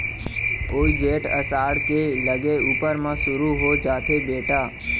वोइ जेठ असाढ़ के लगे ऊपर म सुरू हो जाथे बेटा